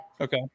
okay